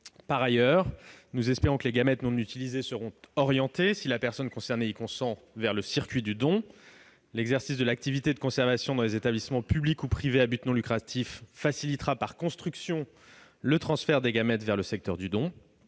Par ailleurs, nous espérons que les gamètes non utilisés seront orientés, si la personne concernée y consent, vers le circuit du don. L'exercice de l'activité de conservation dans les établissements publics ou privés à but non lucratif facilitera, par construction, le transfert des gamètes vers le secteur du don.